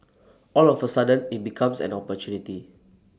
all of A sudden IT becomes an opportunity